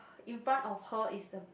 infront of her is a